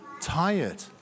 tired